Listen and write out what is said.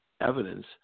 evidence